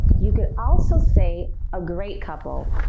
you could also say a great couple,